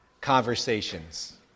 conversations